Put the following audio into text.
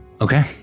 Okay